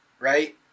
Right